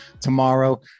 tomorrow